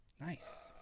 Nice